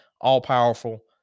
all-powerful